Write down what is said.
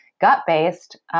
gut-based